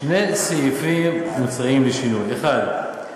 שני סעיפים מוצעים לשינוי: האחד,